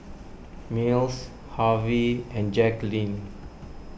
Mills Harvie and Jacqulyn